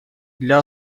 для